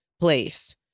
place